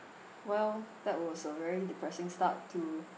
well that was a very depressing start to